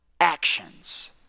actions